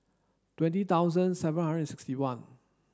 twenty thousand seven hundred and sixty one